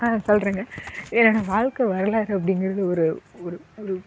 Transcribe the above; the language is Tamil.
ஆ சொல்கிறேங்க என்னோடய வாழ்க்க வரலாறு அப்டிங்கிறது ஒரு ஒரு ஒரு